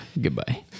Goodbye